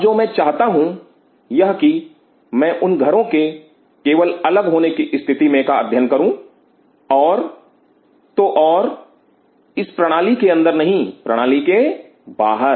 अब जो मैं चाहता हूं यह की मैं उन घरों के केवल अलग होने की स्थिति मे का अध्ययन करूं और तो और इस प्रणाली के अंदर नहीं प्रणाली के बाहर